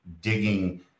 digging